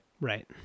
Right